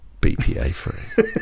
BPA-free